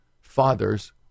fathers